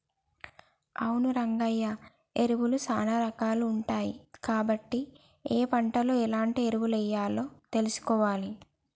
అవును రంగయ్య ఎరువులు సానా రాకాలు ఉంటాయి కాబట్టి ఏ పంటలో ఎలాంటి ఎరువులెయ్యాలో తెలుసుకోవాలి